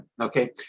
Okay